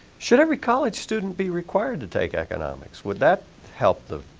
should every college student be required to take economics? would that help them?